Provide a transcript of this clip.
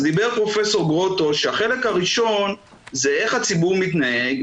אז דיבר פרופ' גרוטו שהחלק הראשון זה איך הציבור מתנהג,